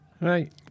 Right